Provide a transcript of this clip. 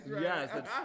Yes